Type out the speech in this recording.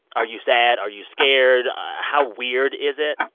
are you sad? are you scared? how weird is it?